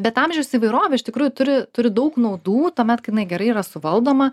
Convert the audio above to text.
bet amžiaus įvairovė iš tikrųjų turi turi daug naudų tuomet kai jinai gerai yra suvaldoma